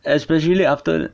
especially after